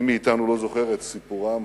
מי מאתנו לא זוכר את סיפורם